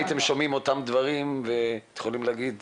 הייתם שומעים אותם דברים ואתם יכולים להגיד